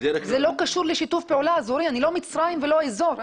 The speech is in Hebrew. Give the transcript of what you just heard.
זה לא קשור לשיתוף פעולה אזורי אני לא מצרים ולא האזור.